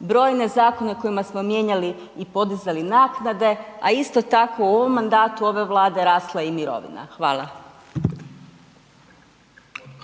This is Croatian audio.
brojne zakone kojima smo mijenjali i podizali naknade, a isto tako u ovom mandatu ove Vlade, rasla je i mirovina. Hvala.